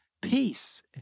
peace